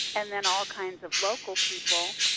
and then all kinds of local people,